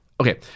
okay